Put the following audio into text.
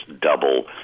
double